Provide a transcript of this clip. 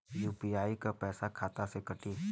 UPI क पैसा खाता से कटी?